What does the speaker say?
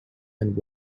and